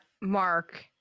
Mark